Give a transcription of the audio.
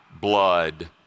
blood